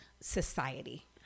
society